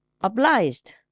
obliged